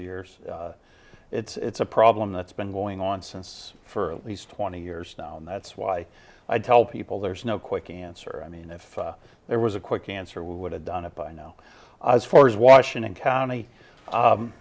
years it's a problem that's been going on since for at least twenty years now and that's why i tell people there's no quick answer i mean if there was a quick answer we would have done it by now as far as washington county